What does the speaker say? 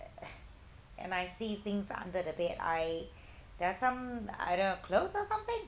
and I see things under the bed I there are some I don't know clothes or something